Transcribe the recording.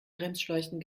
bremsschläuchen